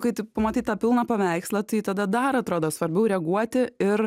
kai tu pamatai tą pilną paveikslą tai tada dar atrodo svarbiau reaguoti ir